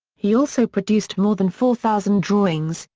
he also produced more than four thousand drawings,